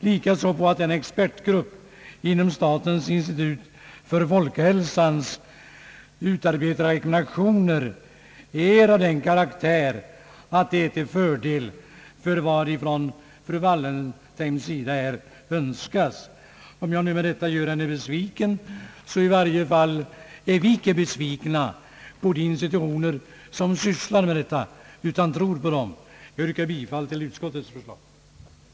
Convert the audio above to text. Vi anser också att de av expertgruppen inom statens institut för folkhälsan utarbetade rekommendationerna är till fördel för de önskemål som fru Wallentheim här har framfört. Om jag med detta gör henne besviken, så är i varje fall inte vi besvikna på de institutioner som sysslar med dessa frågor, utan vi tror på dem. Jag yrkar bifall till utskottets förslag. Reservanterna hade i sitt yttrande bland annat förutsatt, att Kungl. Maj:t till 1968 års riksdag skulle framlägga förslag till en sådan förstärkning av arbetsmarknadsorganens resurser, att de finge möjlighet att giva även dessa mera svårplacerade arbetslösa så långt det vore möjligt hjälp att erhålla ny sysselsättning. En sådan allmän förstärkning av resurserna skulle enligt reservanterna även komma tjänstemän i samma situation till del.